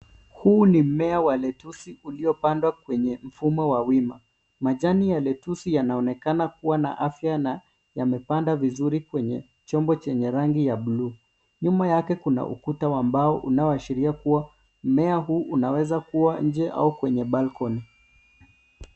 Huu ni mmea wa lettuce uliopandwa kwenye mfumo wa wima. Majani ya letusi yanaonekana kuwa na afya na yamepanda vizuri kwenye chombo chenye rangi ya bluu. Nyuma yake kuna ukuta wa mbao unaoashiria kuwa mmea huu unaweza kuwa nje au kwenye balkoni.